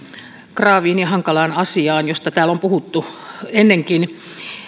graaviin ja hankalaan asiaan joista täällä on puhuttu ennenkin